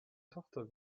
tochter